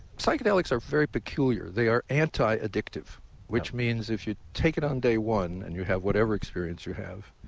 psychedelics are very peculiar. they are anti-addictive which means if you take it on day one and you have whatever experience you have,